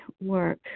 work